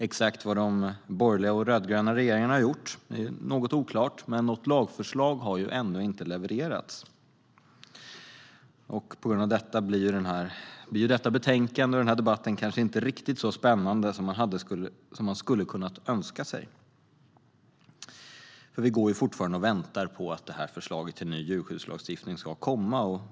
Exakt vad de borgerliga och rödgröna regeringarna har gjort är något oklart, men något lagförslag har ännu inte levererats. På grund av det blir detta betänkande och denna debatt kanske inte riktigt så spännande som man skulle kunnat önska sig. Vi går fortfarande och väntar på att förslaget till ny djurskyddslagstiftning ska komma.